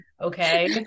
Okay